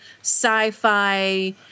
sci-fi